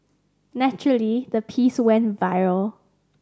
naturally the piece went viral